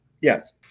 yes